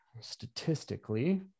statistically